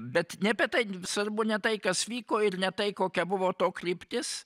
bet ne apie taip svarbu ne tai kas vyko ir ne tai kokia buvo to kryptis